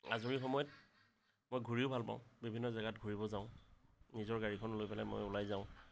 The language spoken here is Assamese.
আজৰি সময়ত মই ঘূৰিও ভাল পাওঁ বিভিন্ন জাগাত ঘূৰিব যাওঁ নিজৰ গাড়ীখন লৈ পেলাই মই ওলাই যাওঁ